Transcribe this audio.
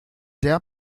der